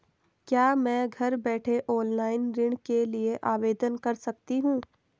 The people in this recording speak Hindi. क्या मैं घर बैठे ऑनलाइन ऋण के लिए आवेदन कर सकती हूँ?